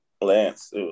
Lance